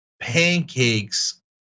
pancakes